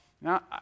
Now